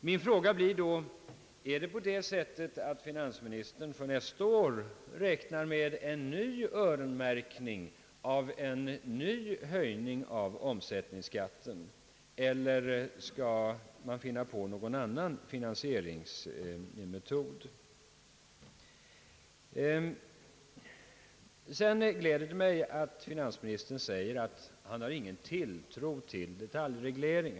Min fråga blir då: Räknar finansministern för nästa år med en ny höjning av omsättningsskatten och en ny öronmärkning, eller kan man finna på någon annan finansieringsmetod? Det gläder mig att finansministern säger, att han inte har någon tilltro till detaljreglering.